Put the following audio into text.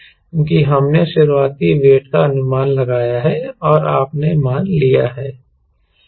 क्योंकि हमने शुरुआती वेट का अनुमान लगाया है और आपने मान लिया है